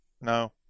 No